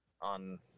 on